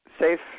safe